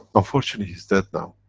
unfortunately, he's dead now.